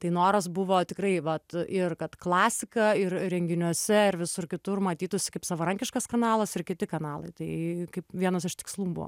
tai noras buvo tikrai vat ir kad klasika ir renginiuose ir visur kitur matytųsi kaip savarankiškas kanalas ir kiti kanalai tai kaip vienas iš tikslų buvo